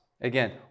Again